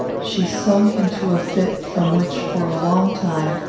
she sunk into a fit, from which, for a long time,